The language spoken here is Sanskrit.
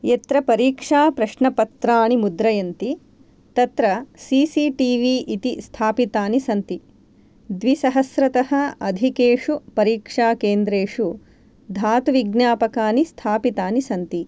यत्र परीक्षाप्रश्नपत्राणि मुद्रयन्ति तत्र सी सी टी वी इति स्थापितानि सन्ति द्विसहस्रतः अधिकेषु परीक्षाकेन्द्रेषु धातुविज्ञापकानि स्थापितानि सन्ति